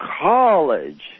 college